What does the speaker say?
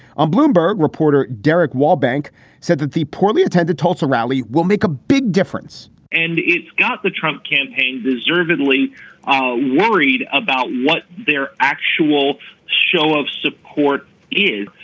on bloomberg, reporter derek wallbank said that the poorly attended tulsa rally will make a big difference and it's got the trump campaign deservedly um worried about what their actual show of support is.